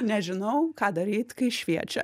nežinau ką daryt kai šviečia